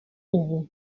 ubu